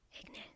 Ignis